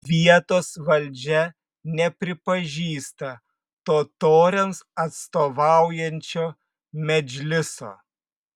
vietos valdžia nepripažįsta totoriams atstovaujančio medžliso